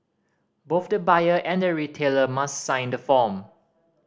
both the buyer and the retailer must sign the form